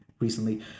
recently